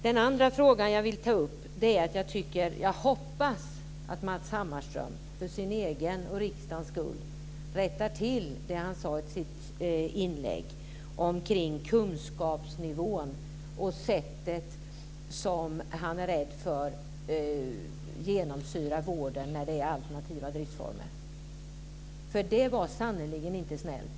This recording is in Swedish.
Den andra frågan jag vill ta upp är att jag hoppas att Matz Hammarström för sin egen och riksdagens skull rättar till det som han sade i sitt inlägg om kunskapsnivån och om den anda som han är rädd ska genomsyra vården vid alternativa driftsformer, för det var sannerligen inte snällt sagt.